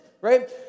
right